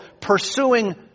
pursuing